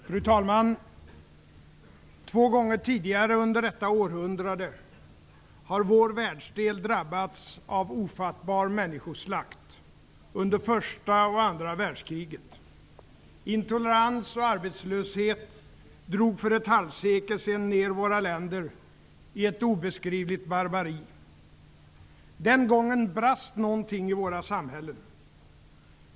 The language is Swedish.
Fru talman! Två gånger tidigare under detta århundrade har vår världsdel drabbats av ofattbar människoslakt, under första och andra världskriget. Intolerans och arbetslöshet drog för ett halvsekel sedan ner våra länder i obeskrivligt barbari. Den gången brast någonting i våra samhällen.